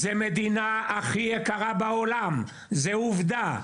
אנחנו חיים פה במדינה הכי יקרה בעולם, זו עובדה.